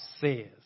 says